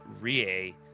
Rie